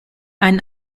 einen